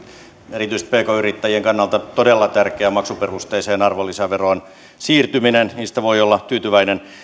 erityisesti pk yrittäjien kannalta todella tärkeä maksuperusteiseen arvonlisäveroon siirtyminen niistä voi olla tyytyväinen